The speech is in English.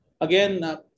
Again